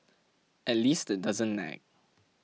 at least it doesn't nag